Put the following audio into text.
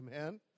amen